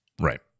Right